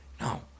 No